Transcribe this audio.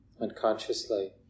unconsciously